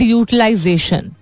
utilization